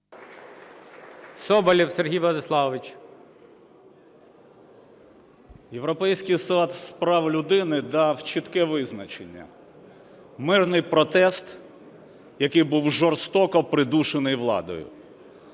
Європейський Суд з прав людини дав чітке визначення: мирний протест, який був жорстоко придушений владою.